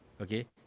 Okay